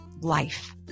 life